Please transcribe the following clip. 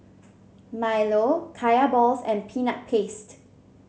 milo Kaya Balls and Peanut Paste